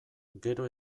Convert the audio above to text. gero